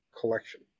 collection